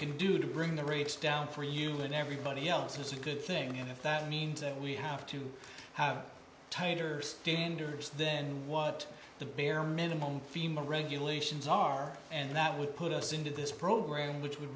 can do to bring the rates down for you and everybody else is a good thing and if that means that we have to have tighter standards then what the bare minimum fema regulations are and that would put us into this program which would